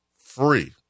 free